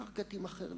הקרקע תימכר לצמיתות,